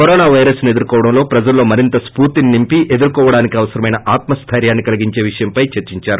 corona పైరస్ను ఎదుర్కోవడంలో ప్రజల్లో మరింత స్పూర్తిని నింపి ఎదుర్కోవడానికి అవసమైన ఆత్మస్తిర్యాన్ని కలిగించే విషయంపై చర్చించారు